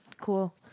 cool